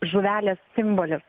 žuvelės simbolis